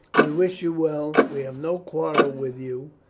we wish you well we have no quarrel with you.